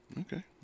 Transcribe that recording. okay